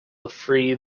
free